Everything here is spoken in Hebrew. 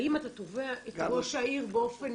האם אתה תובע את ראש העיר באופן